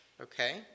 okay